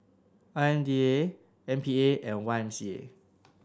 I M D A M P A and Y M C A